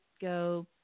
go